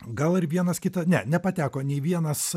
gal ir vienas kitas ne nepateko nei vienas